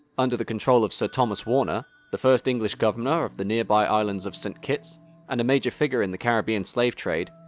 under the control of sir thomas warner, the first english governor of the nearby island of saint kitts and a major figure in the caribbean slave trade,